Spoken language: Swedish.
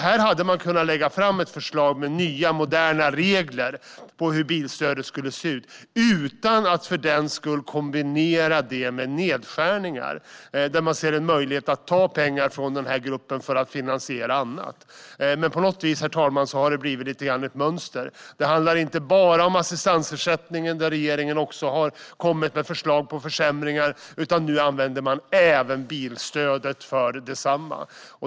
Här hade man kunnat lägga fram ett förslag med nya, moderna regler för hur bilstödet skulle se ut utan att kombinera det med nedskärningar. Men man ser en möjlighet att ta pengar från den här gruppen för att finansiera annat. På något vis, herr talman, har det blivit något av ett mönster. Det handlar inte bara om assistansersättningen, där regeringen också har kommit med förslag på försämringar, utan nu använder man även bilstödet för detsamma.